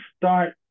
start